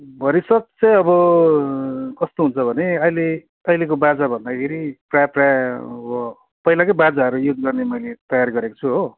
भरसक चाहिँ अब कस्तो हुन्छ भने अहिले अहिलेको बाजा भन्दाखेरि प्राय प्राय अब पहिलाकै बाजाहरू युज गर्ने मैले तयारी गरेको छु हो